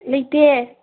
ꯂꯩꯇꯦ